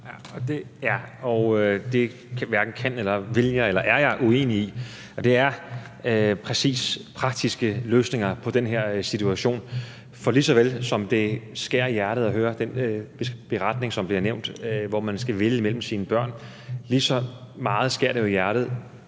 (Magnus Heunicke): Det hverken kan eller vil jeg være uenig i. Det er lige præcis praktiske løsninger på den her situation, der er brug for. For lige så meget som det skærer i hjertet at høre den beretning, som bliver nævnt, hvor man skal vælge mellem sin børn, lige så meget skærer det i hjertet,